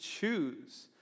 choose